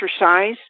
exercise